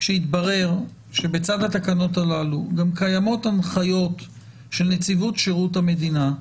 כשהתברר שבצד התקנות הללו גם קיימות הנחיות של נציבות שירות המדינה,